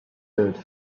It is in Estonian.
tööd